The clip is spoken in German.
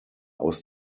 aus